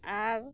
ᱟᱨ